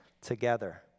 together